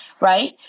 right